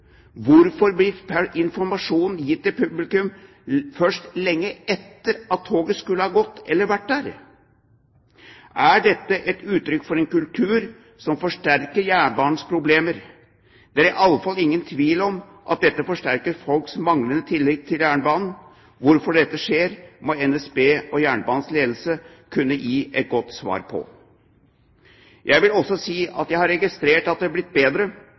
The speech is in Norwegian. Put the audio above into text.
hvorfor blir informasjon til publikum gitt først lenge etter at toget skulle ha gått eller vært der? Er dette et uttrykk for en kultur som forsterker jernbanens problemer? Det er i alle fall ingen tvil om at dette forsterker folks manglende tillit til jernbanen. Hvorfor dette skjer, må NSB og jernbanens ledelse kunne gi et godt svar på. Jeg vil også si at jeg har registrert at det er blitt bedre,